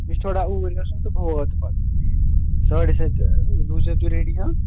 مےٚ چھُ تھوڑا اوٗرۍ گَژھُن تہٕ بہٕ واتہٕ پَتہٕ ساڑِ سَتہِ روٗززیٚو تُہۍ ریٚڈی ہا